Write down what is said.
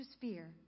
fear